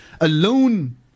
alone